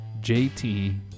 JT